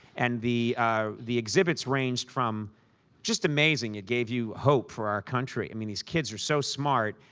and the the exhibits ranged from just amazing, it gave you hope for our country. i mean these kids are so smart,